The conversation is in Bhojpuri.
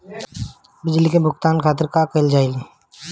बिजली के भुगतान खातिर का कइल जाइ?